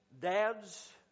Dads